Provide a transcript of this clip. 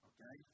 Okay